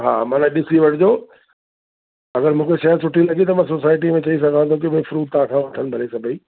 हा मना ॾिसी वठिजो अगरि मूंखे शइ सुठी त मां सोसाएटीअ में चई सघां थे की भई फ़्रूट तव्हांखां वठनि भले सभई